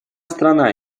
страна